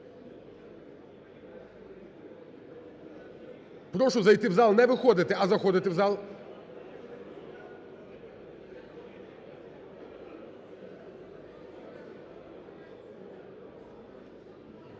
Прошу зайти в зал, не виходити, а заходити в зал.